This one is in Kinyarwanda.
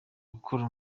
gukora